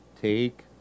Take